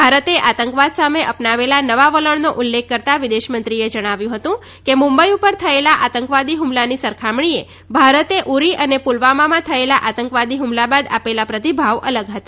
ભારતે આતંકવાદ સામે અપનાવેલા નવા વલણનો ઉલ્લેખ કરતાં વિદેશમંત્રીએ જણાવ્યું હતું કે મુંબઈ ઉપર થયેલા આતંકવાદી હ્મલાની સરખામણીએ ભારતે ઉરી અને પુલવામામાં થયેલા આતંકવાદી હ્મલા બાદ આપેલા પ્રતિભાવ અલગ હતી